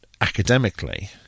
academically